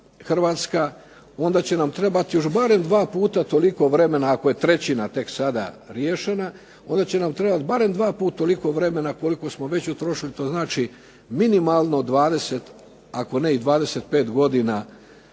Hrvatska, onda će nam trebati još barem dva puta toliko vremena ako je trećina tek sada riješena, onda će nam trebati barem dva put toliko vremena koliko smo već utrošili, to znači minimalno 20, ako ne i 25 godina